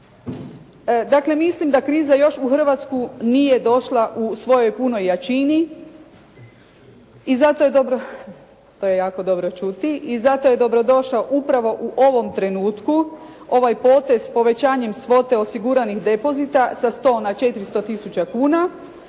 Dakle, mislim da kriza još u Hrvatsku nije došla u svojoj punoj jačini i zato je dobro, to je jako dobro čuti, i zato je dobrodošao upravo u ovom trenutku ovaj potez povećanjem svote osiguranih depozita sa 100 na 400 tisuća kuna,